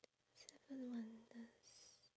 seven wonders